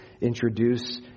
introduce